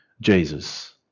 Jesus